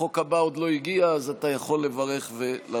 החוק הבא עוד לא הגיע, אז אתה יכול לברך ולרדת.